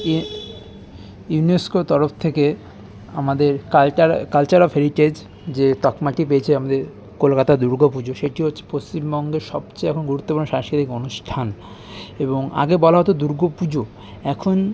you UNESCO তরফ থেকে আমাদের কালচারা কালচার অফ হেরিটেজ যে তকমাটি পেয়েছে আমাদের কলকাতার দুর্গা পুজো সেটি হচ্ছে পশ্চিমবঙ্গের সবচেয়ে এখন গুরুত্বপূর্ণ সাংস্কৃতিক অনুষ্ঠান এবং আগে বলা হতো দুর্গা পুজো এখন